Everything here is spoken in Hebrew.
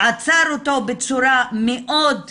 עצר אותו בצורה מאוד ברוטלית,